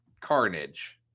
Carnage